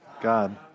god